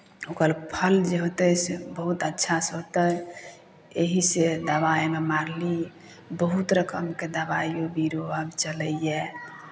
ओकर फल जे होतै से बहुत अच्छासँ होतै एहिसँ दबाइ ओहिमे मारली बहुत रकमके दबाइ बीरो अर चलैए